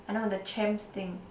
I know the champs thing